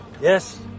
Yes